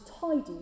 tidy